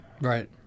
right